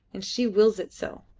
and she wills it so.